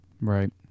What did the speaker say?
Right